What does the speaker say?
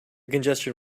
congestion